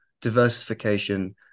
diversification